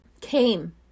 came